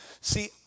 See